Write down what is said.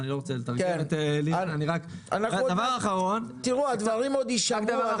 הדברים עוד יישמעו.